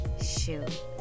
shoot